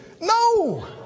No